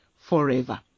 forever